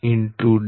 Dsb